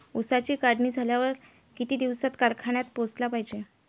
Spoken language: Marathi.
ऊसाची काढणी झाल्यावर किती दिवसात कारखान्यात पोहोचला पायजे?